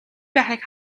байхыг